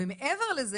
ומעבר לזה,